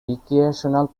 recreational